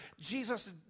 Jesus